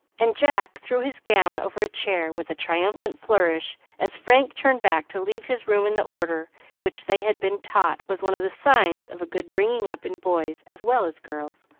and jack threw his gown over a chair with a triumphant flourish as frank turned back to leave his room in the order which they had been taught was one of the signs of a good bringing-up in boys as well as girls.